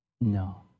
No